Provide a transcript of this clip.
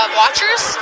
watchers